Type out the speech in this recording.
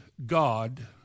God